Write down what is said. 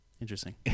Interesting